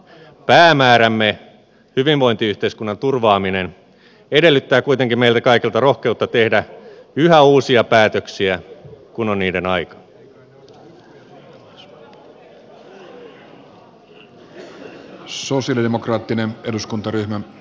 päämäärämme hyvinvointiyhteiskunnan turvaaminen edellyttää kuitenkin meiltä kaikilta rohkeutta tehdä yhä uusia päätöksiä kun on niiden aika